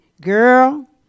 girl